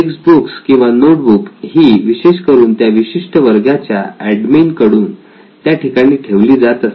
text book किंवा notebook ही विशेष करून त्या विशिष्ट वर्गाच्या एडमीन कडून त्या ठिकाणी ठेवली जात असते